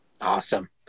Awesome